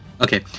Okay